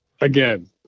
Again